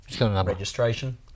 registration